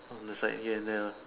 from the side ya now